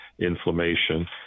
inflammation